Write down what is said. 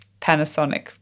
Panasonic